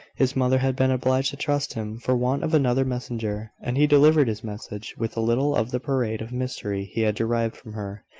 his mother had been obliged to trust him for want of another messenger and he delivered his message with a little of the parade of mystery he had derived from her.